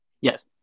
Yes